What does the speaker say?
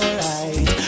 right